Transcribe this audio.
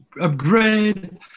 upgrade